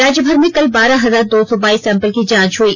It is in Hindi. राज्य भर में कल बारह हजार दो सौ बाईस सैम्पल की जांच हई